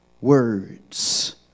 words